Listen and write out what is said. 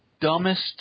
dumbest